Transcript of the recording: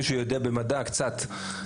מי שמבין קצת במידע,